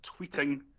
tweeting